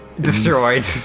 destroyed